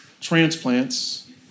transplants